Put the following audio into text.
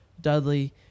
dudley